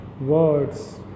words